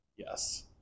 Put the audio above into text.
Yes